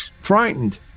frightened